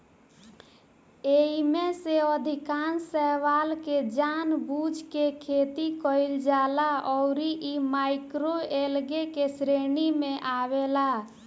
एईमे से अधिकांश शैवाल के जानबूझ के खेती कईल जाला अउरी इ माइक्रोएल्गे के श्रेणी में आवेला